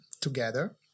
together